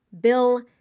Bill